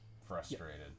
frustrated